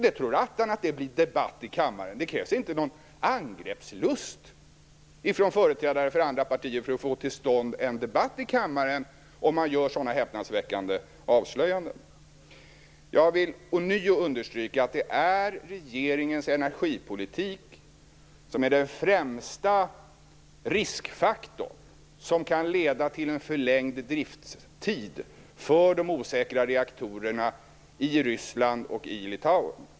Det tror attan att det då blir debatt i kammaren. Det krävs inte någon angreppslust hos företrädare för andra partier för att få till stånd en debatt i kammaren när man gör så häpnadsväckande avslöjanden. Jag vill ånyo understryka att det är regeringens energipolitik som är den främsta riskfaktorn som kan leda till en förlängd driftstid för de osäkra reaktorerna i Ryssland och i Litauen.